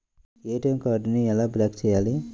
ATM కార్డుని ఎలా block చేయాలి?